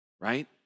Right